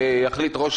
החליט ראש